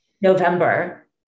November